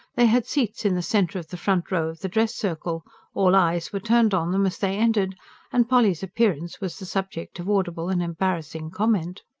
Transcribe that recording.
they had seats in the centre of the front row of the dress circle all eyes were turned on them as they entered and polly's appearance was the subject of audible and embarrassing comment.